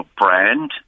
brand